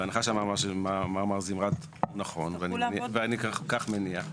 בהנחה שמה שאמר מר זמרת הוא נכון, ואני כך מניח,